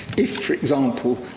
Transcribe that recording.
if, for example,